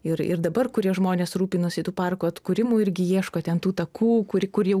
ir ir dabar kurie žmonės rūpinosi parko atkūrimu irgi ieško ten tų takų kur kur jau